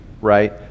right